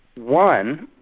one,